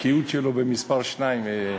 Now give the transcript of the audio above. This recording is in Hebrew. הבקיאות שלו במספר שתיים.